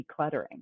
decluttering